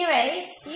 இவை ஈ